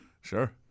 Sure